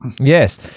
Yes